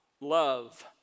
love